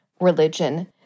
religion